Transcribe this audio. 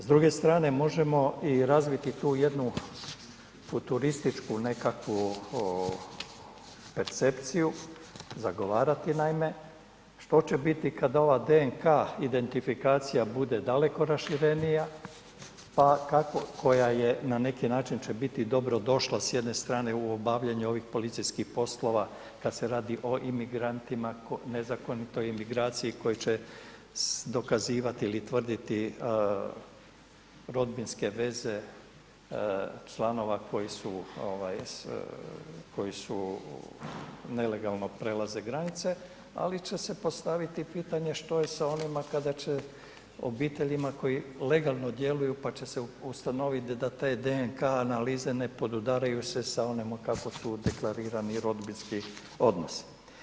S druge strane, možemo i razviti tu jednu futurističku nekakvu percepciju, zagovarati naime, što će biti kad ova DNK identifikacija bude daleko raširenija, pa kako, koja je na neki način će biti dobro došla s jedne strane u obavljanju ovih policijskih poslova kad se radi o imigrantima, nezakonito imigraciji koji će dokazivati ili tvrditi rodbinske veze članova koji su ovaj, koji su nelegalno prelaze granice, ali će se postaviti pitanje što je sa onima kada će obiteljima koji legalno djeluju pa će se ustanoviti da te DNK analize ne podudaraju se sa onima kako su deklarirani rodbinski odnosi.